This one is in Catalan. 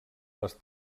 les